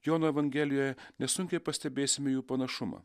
jono evangelijoje nesunkiai pastebėsime jų panašumą